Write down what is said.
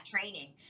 training